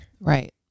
right